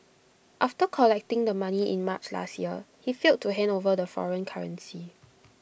after collecting the money in March last year he failed to hand over the foreign currency